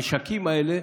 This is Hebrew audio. המשקים האלה,